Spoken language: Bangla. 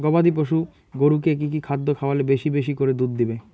গবাদি পশু গরুকে কী কী খাদ্য খাওয়ালে বেশী বেশী করে দুধ দিবে?